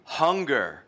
hunger